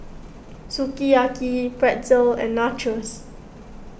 Sukiyaki Pretzel and Nachos